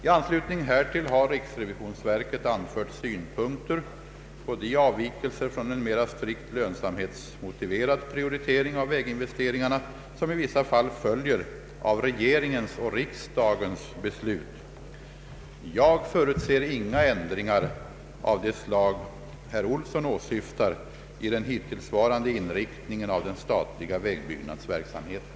I anslutning härtill har riksrevisionsverket anfört synpunkter på de avvikelser från en mera strikt lönsamhetsmotiverad prioritering av väginvesteringarna, som i vissa fall följer av regeringens och riksdagens beslut. Jag förutser inga ändringar av det slag herr Olsson åsyftar i den hittillsvarande inriktningen av den statliga vägbyggnadsverksamheten.